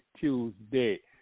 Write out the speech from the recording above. Tuesday